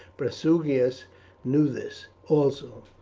prasutagus knew this also,